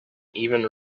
even